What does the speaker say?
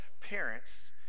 parents